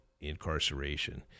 incarceration